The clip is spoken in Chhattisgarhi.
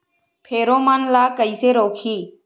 फेरोमोन ला कइसे रोकही?